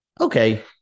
Okay